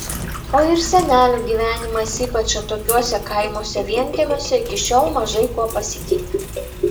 o ir senelių gyvenimas ypač atokiuose kaimuose vienkiemiuose iki šiol mažai kuo pasikeitė